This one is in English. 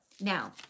now